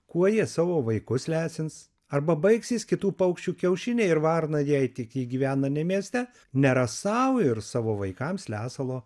kuo jie savo vaikus lesins arba baigsis kitų paukščių kiaušiniai ir varna jei tik ji gyvena ne mieste neras sau ir savo vaikams lesalo